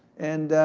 and,